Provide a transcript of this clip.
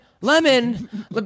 lemon